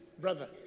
brother